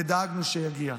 ודאגנו שיגיע.